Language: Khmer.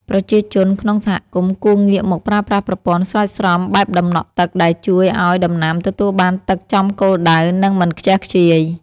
ប្រជាជនក្នុងសហគមន៍គួរងាកមកប្រើប្រាស់ប្រព័ន្ធស្រោចស្រពបែបដំណក់ទឹកដែលជួយឱ្យដំណាំទទួលបានទឹកចំគោលដៅ និងមិនខ្ជះខ្ជាយ។